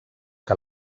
que